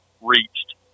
reached